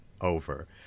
over